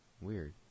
Weird